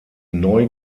neu